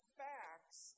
facts